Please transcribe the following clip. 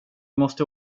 måste